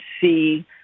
see